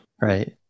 right